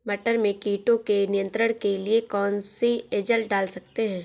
मटर में कीटों के नियंत्रण के लिए कौन सी एजल डाल सकते हैं?